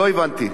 לא הבנתי.